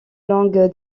langue